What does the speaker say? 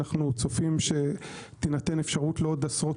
אנו צופים שתינתן אפשרות לעוד עשרות